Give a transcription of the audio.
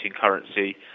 currency